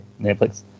Netflix